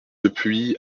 depuis